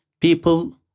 People